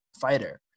fighter